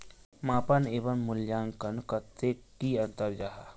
मापन एवं मूल्यांकन कतेक की अंतर जाहा?